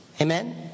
Amen